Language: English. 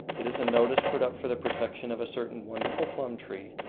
it is a notice put up for the protection of a certain wonderful plum-tree,